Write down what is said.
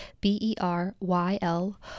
B-E-R-Y-L